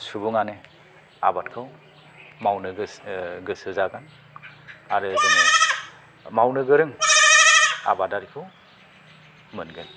सुबुङानो आबादखौ मावनो गोसो जागोन आरो जोङो मावनो गोरों आबादारिखौ मोनगोन